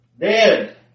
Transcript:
Dead